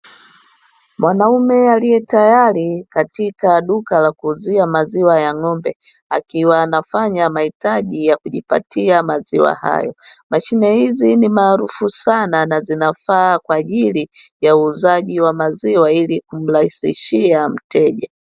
Mwanaume aliye tayari katika duka la kuuzia maziwa ya ng'ombe akiwa anafanya mahitaji ya kujipatia maziwa hayo, mashine hizi ni maarufu sana na zinafaa kwa ajili ya uuzaji wa maziwa ili kumrahisishia mteja.